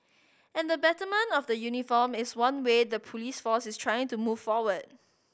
and the betterment of the uniform is one way the police force is trying to move forward